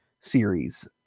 series